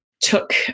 took